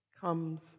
comes